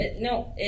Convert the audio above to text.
No